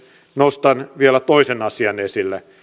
nostan vielä toisen asian esille kun